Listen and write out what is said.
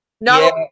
No